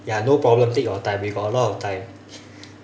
ya no problem take your time we got a lot of time